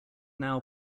now